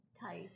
Tight